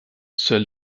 seul